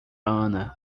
ana